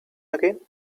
again